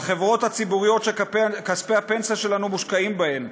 בחברות הציבוריות שכספי הפנסיה שלנו מושקעים בהן,